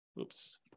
oops